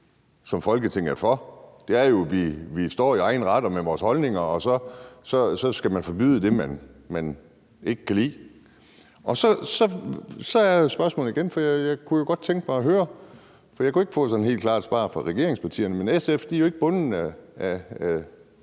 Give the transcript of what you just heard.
som Folketinget er til for, er jo, at vi står i egen ret og med vores holdninger, og så skal man forbyde det, man ikke kan lide. Jeg kunne godt tænke mig at høre, for jeg kunne ikke få sådan et helt klart svar fra regeringspartierne – SF er jo ikke bundet af